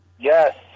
Yes